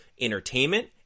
entertainment